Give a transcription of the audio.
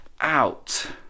out